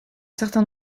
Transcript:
certain